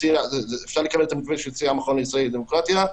אפשר לקבל את המתווה שהציע המכון הישראלי לדמוקרטיה.